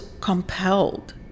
compelled